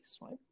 right